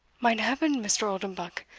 mine heaven, mr. oldenbuck!